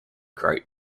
group